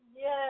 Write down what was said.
Yes